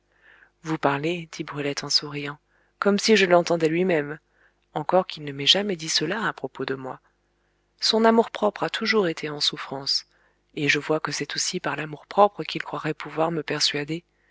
vous parlez dit brulette en souriant comme si je l'entendais lui-même encore qu'il ne m'ait jamais dit cela à propos de moi son amour-propre a toujours été en souffrance et je vois que c'est aussi par l'amour-propre qu'il croirait pouvoir me persuader